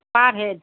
per head